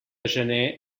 gener